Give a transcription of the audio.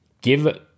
give